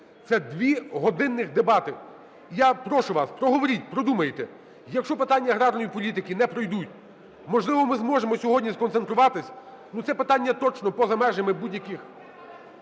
Це два годинних дебати. Я прошу вас, проговоріть, продумайте. Якщо питання аграрної політики не пройдуть, можливо, ми зможемо сьогодні сконцентруватись. Ну, це питання точно поза межами будь-яких